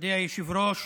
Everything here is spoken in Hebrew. מכובדי היושב-ראש,